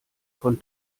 von